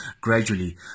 gradually